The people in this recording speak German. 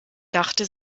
dachte